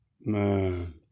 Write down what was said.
man